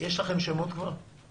יש לכם כבר שמות?